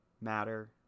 matter